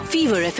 Fever